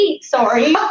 Sorry